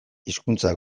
hizkuntza